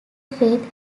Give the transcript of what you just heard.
faith